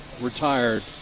retired